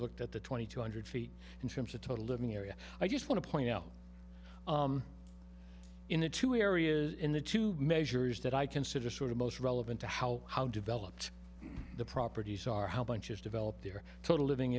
looked at the twenty two hundred feet in terms of total living area i just want to point out in a two areas in the two measures that i consider sort of most relevant to how how developed the properties are how bunches develop their total living